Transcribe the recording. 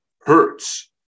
hurts